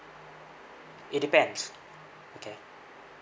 it depends okay